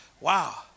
Wow